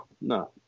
no